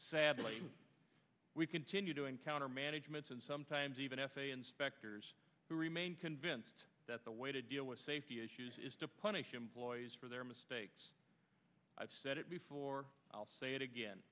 sadly we continue to encounter managements and sometimes even f a a inspectors who remain convinced that the way to deal with safety issues is to punish employees for their mistakes i've said it before i'll say it again